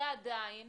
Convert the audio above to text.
ועדין,